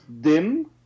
Dim